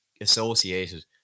associated